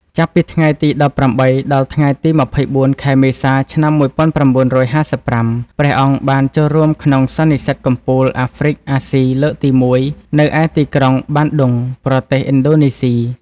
ចាប់ពីថ្ងៃទី១៨ ដល់ថ្ងៃទី២៤ ខែមេសា ឆ្នាំ១៩៥៥ ព្រះអង្គបានចូលរួមក្នុងសន្និសីទកំពូលអាហ្វ្រិក-អាស៊ីលើកទី១ នៅឯទីក្រុង បាន់ឌុង ប្រទេសឥណ្ឌូនេស៊ី។